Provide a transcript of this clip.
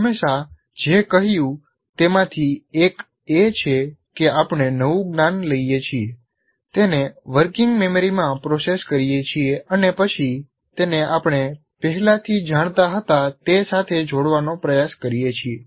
આપણે હંમેશા જે કહ્યું તેમાંથી એક એ છે કે આપણે નવું જ્ઞાન લઈએ છીએ તેને વર્કિંગ મેમરીમાં પ્રોસેસ કરીએ છીએ અને પછી તેને આપણે પહેલાથી જાણતા હતા તે સાથે જોડવાનો પ્રયાસ કરીએ છીએ